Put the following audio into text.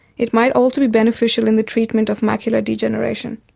it might also be beneficial in the treatment of macular degeneration.